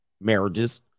marriages